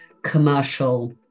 commercial